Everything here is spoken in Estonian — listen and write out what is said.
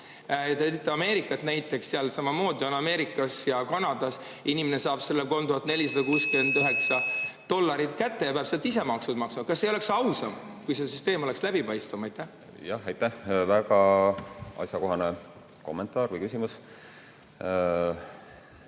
Te tõite Ameerikat näiteks, seal samamoodi, Ameerikas ja Kanadas inimene saab selle 3469 dollarit kätte ja peab sealt ise maksud maksma. Kas ei oleks ausam, kui see süsteem oleks läbipaistvam? Jah, aitäh! Väga asjakohane kommentaar või küsimus.